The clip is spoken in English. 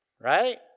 right